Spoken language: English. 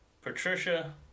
Patricia